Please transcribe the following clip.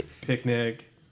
Picnic